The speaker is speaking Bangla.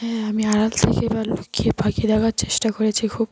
হ্যাঁ আমি আড়াল থেকে বা লুকিয়ে পাখি দেখার চেষ্টা করেছি খুব